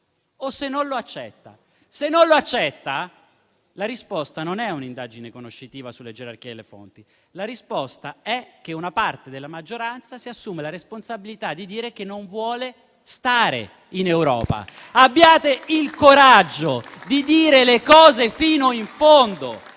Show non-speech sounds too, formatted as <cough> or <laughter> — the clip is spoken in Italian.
del primato. Se non lo accetta, la risposta non è un'indagine conoscitiva sulla gerarchia delle fonti, ma il fatto che una parte della maggioranza si assumerà la responsabilità di dire che non vuole stare in Europa. <applause> Abbiate il coraggio di dire le cose fino in fondo,